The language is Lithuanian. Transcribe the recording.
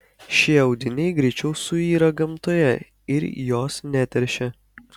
šie audiniai greičiau suyra gamtoje ir jos neteršia